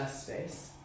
space